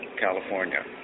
California